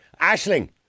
Ashling